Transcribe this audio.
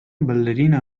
ballerina